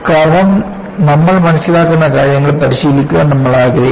കാരണം നമ്മൾ മനസ്സിലാക്കുന്ന കാര്യങ്ങൾ പരിശീലിക്കാൻ നമ്മൾ ആഗ്രഹിക്കുന്നു